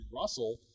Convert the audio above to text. Russell